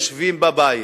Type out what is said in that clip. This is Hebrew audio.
ויושבים בבית.